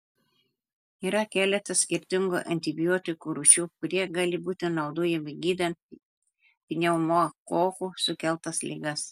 yra keletas skirtingų antibiotikų rūšių kurie gali būti naudojami gydant pneumokokų sukeltas ligas